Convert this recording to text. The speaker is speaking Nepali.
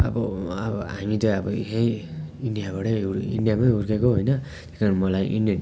अब अब हामी चाहिँ सब यहीँ इन्डियाबाटै इन्डियामै हुर्केको होइन त्यही कारण मलाई इन्डियन